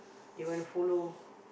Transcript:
they want to follow